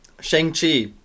Shang-Chi